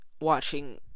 watching